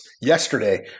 yesterday